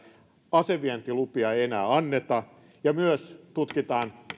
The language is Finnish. asevientilupia ei ei enää anneta ja myös tutkitaan